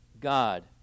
God